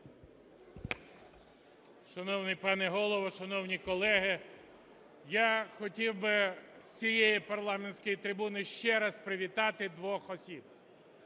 Шановний пане Голово, шановні колеги, я хотів би з цієї парламентської трибуни ще раз привітати двох осіб,